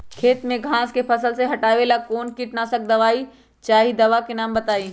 खेत में घास के फसल से हटावे के लेल कौन किटनाशक दवाई चाहि दवा का नाम बताआई?